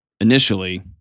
initially